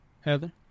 Heather